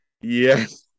Yes